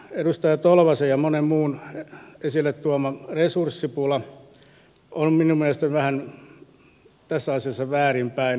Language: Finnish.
edustaja tolvasen ja monen muun esille tuoma resurssipula on minun mielestäni tässä asiassa vähän väärin päin